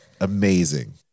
amazing